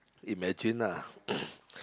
imagine ah